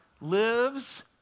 lives